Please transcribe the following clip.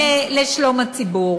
או אפילו, לשלום הציבור.